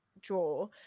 draw